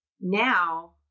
now